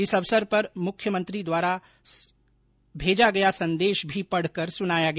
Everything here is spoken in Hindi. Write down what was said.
इस अवसर पर मुख्यमंत्री द्वारा संदेश भी पढ़कर सुनाया गया